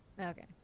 Okay